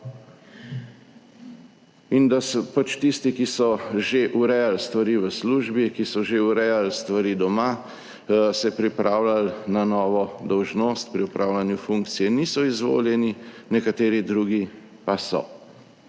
in da se pač tisti, ki so že urejali stvari v službi, ki so že urejali stvari doma se pripravljali na novo dolžnost pri opravljanju funkcije niso izvoljeni, nekateri drugi pa so.